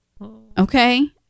Okay